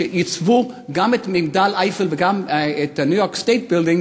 שיצבעו גם את מגדל אייפל וגם את ה-New York State Building,